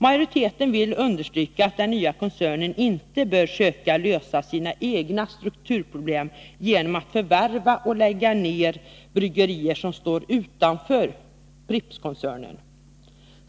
Majoriteten vill understryka att den nya koncernen inte bör söka lösa sina egna strukturproblem genom att förvärva och lägga ner bryggerier som står utanför Prippskoncernen.